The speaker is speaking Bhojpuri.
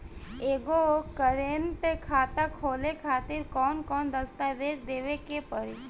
एगो करेंट खाता खोले खातिर कौन कौन दस्तावेज़ देवे के पड़ी?